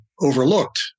overlooked